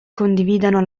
condividano